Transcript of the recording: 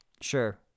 Sure